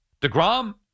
DeGrom